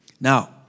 Now